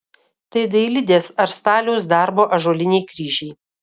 tai dailidės ar staliaus darbo ąžuoliniai kryžiai